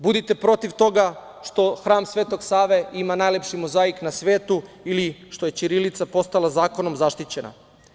Budite protiv toga što Hram Svetog Save ima najlepši mozaik na svetu ili što je ćirilica postala zakonom zaštićena.